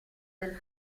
del